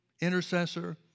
Intercessor